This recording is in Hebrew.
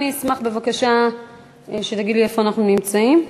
אשמח אם בבקשה תגיד לי איפה אנחנו נמצאים.